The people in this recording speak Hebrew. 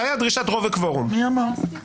מי השופטים שמונו לפי השיטה הישנה?